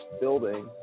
building